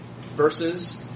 verses